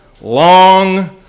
long